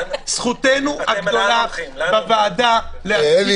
אתה מדבר על בובות על חוקים?